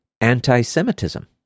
anti-Semitism